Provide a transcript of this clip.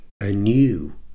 anew